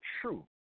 true